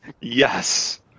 Yes